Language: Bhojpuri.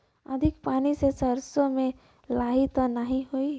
अधिक पानी से सरसो मे लाही त नाही होई?